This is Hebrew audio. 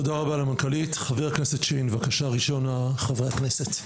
חבר הכנסת שיין, בבקשה.